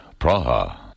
Praha